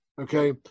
Okay